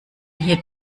hier